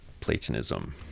Platonism